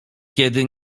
kiedy